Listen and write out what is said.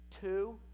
two